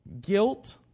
guilt